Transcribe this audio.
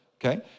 Okay